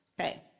okay